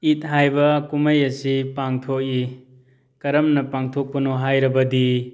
ꯏꯠ ꯍꯥꯏꯕ ꯀꯨꯝꯍꯩ ꯑꯁꯤ ꯄꯥꯡꯊꯣꯛꯏ ꯀꯔꯝꯅ ꯄꯥꯡꯊꯣꯛꯄꯅꯣ ꯍꯥꯏꯔꯕꯗꯤ